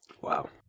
Wow